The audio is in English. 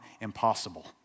impossible